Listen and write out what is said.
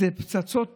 אלה פצצות